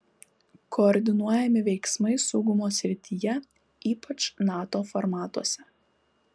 koordinuojami veiksmai saugumo srityje ypač nato formatuose